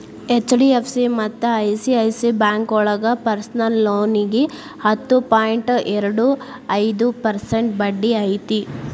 HDFC ಮತ್ತ ಐ.ಸಿ.ಐ.ಸಿ ಬ್ಯಾಂಕೋಳಗ personal ಲೋನಿಗಿ ಹತ್ತು ಪಾಯಿಂಟ್ ಎರಡು ಐದು ಪರ್ಸೆಂಟ್ ಬಡ್ಡಿ ಐತಿ